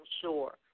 sure